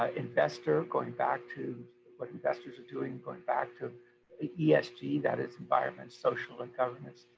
ah investor going back to what investors are doing, going back to the yeah esg that is environment social and governance.